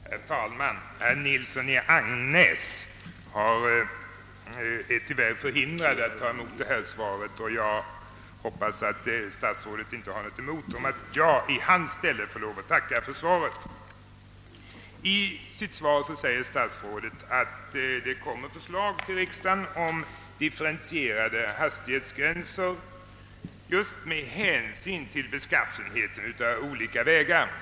Herr talman! Herr Nilsson i Agnäs är tyvärr förhindrad att ta emot detta svar, och jag hoppas att statsrådet inte har något emot att jag i hans ställe får tacka härför. I sitt svar säger statsrådet att förslag kommer att framläggas för riksdagen om differentierade hastighetsgränser just med hänsyn till beskaffenheten av olika vägar.